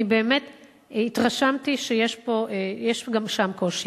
אני באמת התרשמתי שיש גם שם קושי.